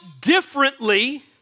differently